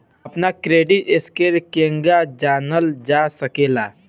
अपना credit score केगा जानल जा सकेला?